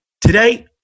Today